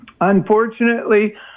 unfortunately